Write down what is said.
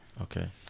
Okay